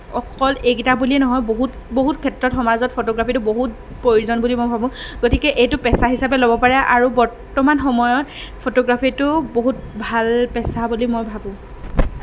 অকল এইকেইটা বুলিয়ে নহয় বহুত বহুত ক্ষেত্ৰত সমাজত বহুত প্ৰয়োজন বুলি মই ভাবোঁ গতিকে এইটো পেছা হিচাপে ল'ব পাৰে আৰু বৰ্তমান সময়ত ফটোগ্ৰাফীটো বহুত ভাল পেছা বুলি মই ভাবোঁ